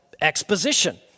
exposition